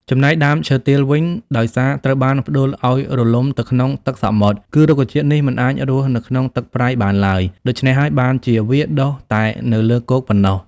ចំណែកដើមឈើទាលវិញ ដោយសារត្រូវបានផ្តួលឲ្យរលំទៅក្នុងទឹកសមុទ្រ គឺរុក្ខជាតិនេះមិនអាចរស់នៅក្នុងទឹកប្រៃបានឡើយ ដូច្នេះហើយបានជាវាដុះតែនៅលើគោកប៉ុណ្ណោះ។